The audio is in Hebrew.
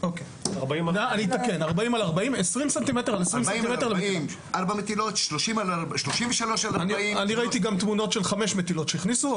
40 על 40. ראיתי גם תמונות של 5 מטילות שהכניסו,